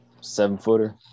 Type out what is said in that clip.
seven-footer